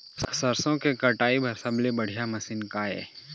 सरसों के कटाई बर सबले बढ़िया मशीन का ये?